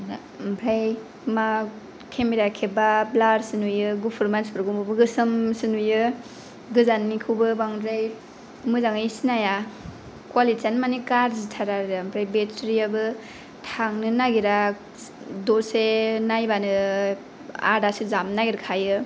ओमफ्राय मा केमेराया खेबबा ब्लारसो नुयो गुफुर मानसिफोरखौबो गोसोमसो नुयो गोजानिखौबो बांद्राय मोजाङै सिनाया कुवालिटियानो माने गाज्रिथार आरो ओमफ्राय बेटारियाबो थांनोनो नागिरा दसे नायबानो आधासो जामनो नागिरखायो